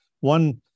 One